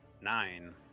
Nine